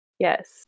Yes